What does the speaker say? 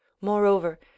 Moreover